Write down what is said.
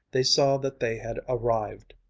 they saw that they had arrived.